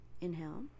inhale